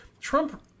trump